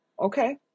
okay